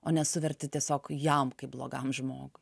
o ne suverti tiesiog jam kaip blogam žmogui